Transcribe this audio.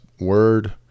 word